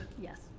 Yes